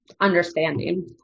understanding